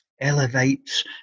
elevates